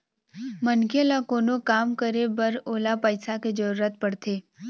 मनखे ल कोनो भी काम करे बर ओला पइसा के जरुरत पड़थे